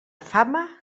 fama